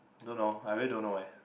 don't know I really don't know eh